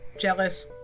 Jealous